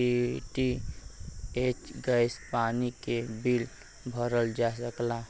DTH gas पानी क bill भरल जा सकला